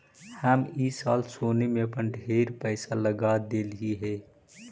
हम ई साल सोने में अपन ढेर पईसा लगा देलिअई हे